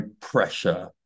pressure